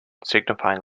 signifying